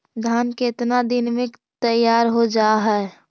धान केतना दिन में तैयार हो जाय है?